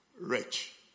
rich